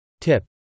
Tip